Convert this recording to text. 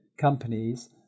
companies